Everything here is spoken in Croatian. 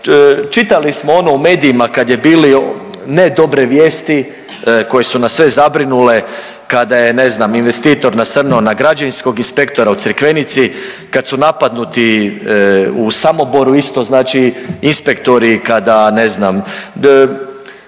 čitali smo ono u medijima kad je bilo ne dobre vijesti koje su nas sve zabrinule kada je, ne znam, investitor nasrnuo na građevinskog inspektora u Crikvenici, kad su napadnuti u Samoboru, isto, znači, inspektori, kada ne znam,